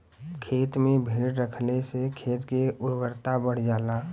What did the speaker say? खेते में भेड़ रखले से खेत के उर्वरता बढ़ जाला